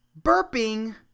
burping